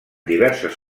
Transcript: diverses